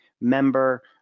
member